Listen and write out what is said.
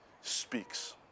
speaks